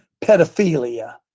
pedophilia